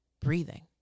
breathing